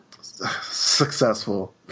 Successful